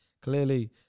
clearly